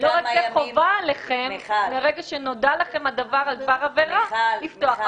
שלא רק שחובה עליכם מרגע שנודע לכם הדבר על דבר עבירה לפתוח,